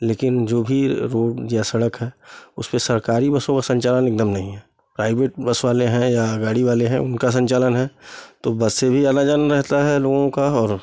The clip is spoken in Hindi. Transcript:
लेकिन जो भी रोड या सड़क है उसपे सरकारी बसों का संचालन एकदम नहीं है प्राइवेट बस वाले हैं या गाड़ी वाले हैं उनका संचालन है तो बस से भी आना जाना रहता है लोगों का और